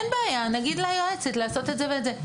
אין בעיה, נגיד ליועצת לעשות את זה ואת זה.